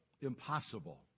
impossible